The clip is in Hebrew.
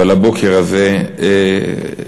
אבל הבוקר הזה ייחרת,